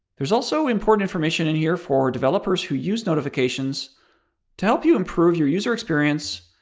there's also important information in here for developers who use notifications to help you improve your user experience,